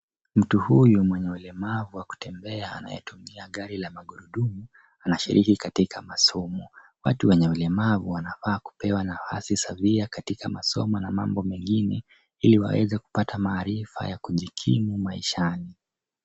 Mtu huyu mwenye ulemavu wa kutembea anayetumia gari la magurudumu, anashiriki katika masomo. Watu wenye ulemavu wanafaa kupewa nafasi sawia katika masomo na mambo mengine ili waweze kupata maarifa ya kujikimu maishani.